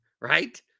right